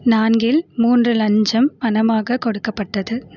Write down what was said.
நான்கில் மூன்று லஞ்சம் பணமாக கொடுக்கப்பட்டது